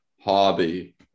hobby